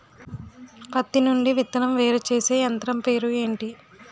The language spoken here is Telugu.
పత్తి నుండి విత్తనం వేరుచేసే యంత్రం పేరు ఏంటి